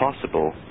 possible